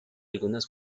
algunas